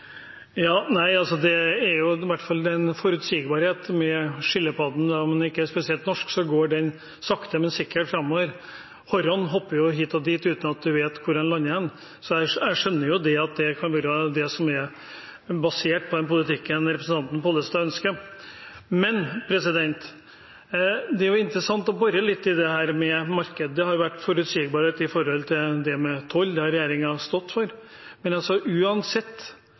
Det er i hvert fall en forutsigbarhet med skilpadden. Om den ikke er spesielt rask, går den sakte, men sikkert framover. Haren hopper jo hit og dit uten at en vet hvor den lander hen, så jeg skjønner at det kan være det den politikken representanten Pollestad ønsker, er basert på. Det er interessant å bore litt i det med marked. Det har vært forutsigbarhet når det gjelder toll. Det har regjeringen stått for.